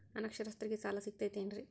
ಅನಕ್ಷರಸ್ಥರಿಗ ಸಾಲ ಸಿಗತೈತೇನ್ರಿ?